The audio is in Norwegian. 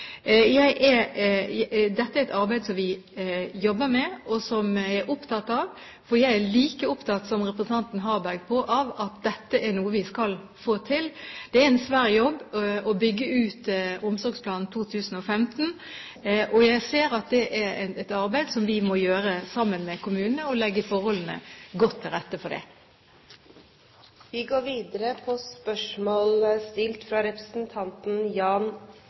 Dette er et arbeid som vi jobber med, og som jeg er opptatt av. For jeg er like opptatt som representanten Harberg av at dette er noe vi skal få til. Det er en svær jobb å bygge ut Omsorgsplan 2015, og jeg ser at det er et arbeid som vi må gjøre sammen med kommunene, og legge forholdene godt til rette for det. Dette spørsmålet bortfaller. Jeg har følgende spørsmål